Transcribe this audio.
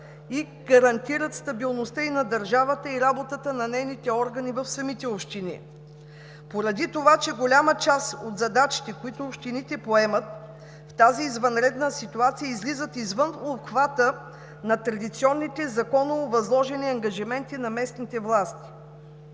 да гарантират стабилността и на държавата, и работата на нейните органи в самите общини. Поради това че голяма част от задачите, които общините поемат в тази извънредна ситуация, излизат извън обхвата на традиционните законово възложени ангажименти на местните власти,